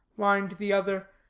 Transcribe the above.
whined the other,